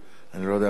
תודה.